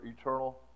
eternal